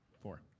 four